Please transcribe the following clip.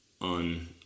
on